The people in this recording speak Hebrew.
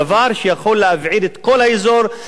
דבר שיכול להבעיר את כל האזור,